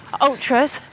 ultras